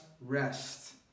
rest